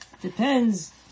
Depends